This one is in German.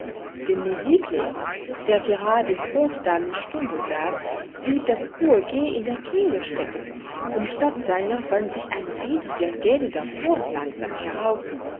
dem musiklehrer der gerade den hofdamen stunde gab blieb das hohe g in der kehle stecken und statt seiner wand sich ein widriger gähnender ton langsam heraus